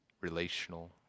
relational